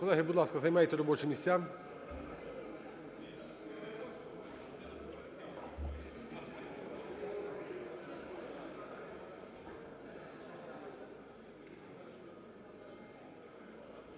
Колеги, будь ласка, займайте робочі місця.